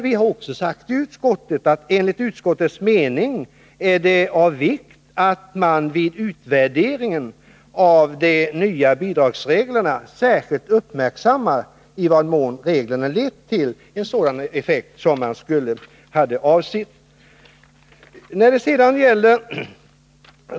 Vi har också sagt i utskottet: ”Enligt utskottets mening är det av vikt att man vid utvärderingen av de nya bidragsreglerna särskilt uppmärksammar i vad mån reglerna lett till en sådan effekt”, dvs. en sådan effekt som vi hade avsett.